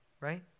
right